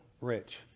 rich